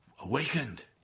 awakened